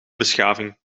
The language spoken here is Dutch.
beschaving